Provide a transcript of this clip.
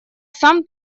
сам